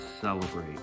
celebrate